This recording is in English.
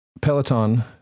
Peloton